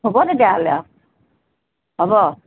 হ'ব তেতিয়াহ'লে আৰু হ'ব